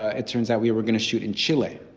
ah it turns out we were going to shoot in chile.